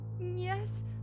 Yes